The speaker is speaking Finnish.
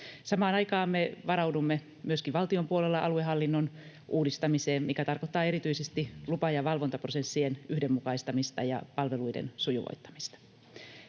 Samaan aikaan me varaudumme myöskin valtion puolella aluehallinnon uudistamiseen, mikä tarkoittaa erityisesti lupa- ja valvontaprosessien yhdenmukaistamista ja palveluiden sujuvoittamista.